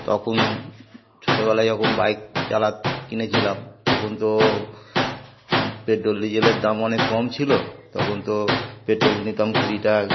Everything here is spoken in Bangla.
তখন ছোটোবেলায় যখন বাইক চালাতাম কিনেছিলাম তখন তো পেট্রোল ডিজেলের দাম অনেক কম ছিলো তখন তো পেট্রোল নিতাম কুড়ি টাকা